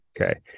Okay